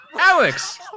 Alex